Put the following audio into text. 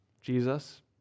Jesus